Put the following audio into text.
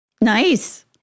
Nice